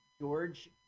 George